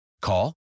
Call